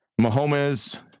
Mahomes